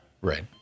Right